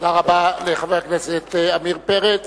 תודה רבה לחבר הכנסת עמיר פרץ.